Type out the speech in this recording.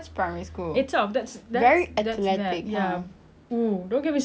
oo don't get me started on secondary school but I_T_E was much lower but like for